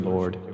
Lord